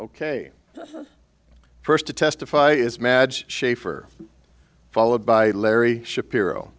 ok first to testify is maj shaffer followed by larry shapiro